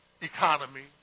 Economy